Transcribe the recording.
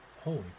Holy